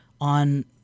on